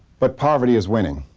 but poverty is winning.